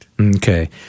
Okay